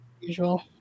usual